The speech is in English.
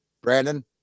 Brandon